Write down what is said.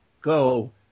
Go